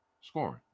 scoring